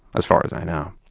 as far as i know